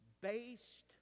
based